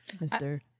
Mr